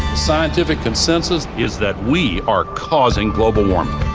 scientific consensus is that we are causing global warming.